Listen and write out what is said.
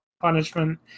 punishment